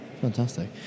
fantastic